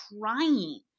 crying